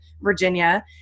Virginia